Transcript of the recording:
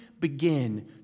begin